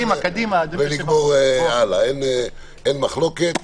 אין מחלוקת.